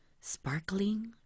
sparkling